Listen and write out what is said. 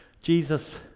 Jesus